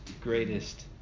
greatest